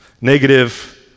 negative